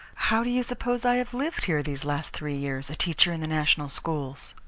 how do you suppose i have lived here these last three years, a teacher in the national schools?